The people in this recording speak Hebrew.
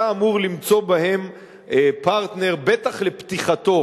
היה אמור למצוא בהם פרטנר, בטח לפתיחתו